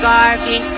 Garvey